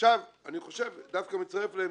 אני חושב דווקא אני מצטרף לעמדך,